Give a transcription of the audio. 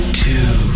two